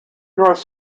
north